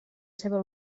seva